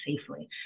safely